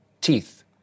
Teeth